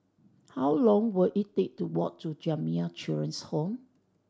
how long will it take to walk to Jamiyah Children's Home